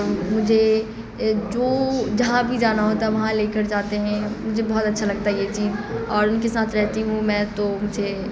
اور مجھے جو جہاں بھی جانا ہوتا وہاں لے کر جاتے ہیں مجھے بہت اچھا لگتا ہے یہ چیز اور ان کے ساتھ رہتی ہوں میں تو مجھے